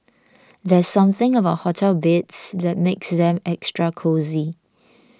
there's something about hotel beds that makes them extra cosy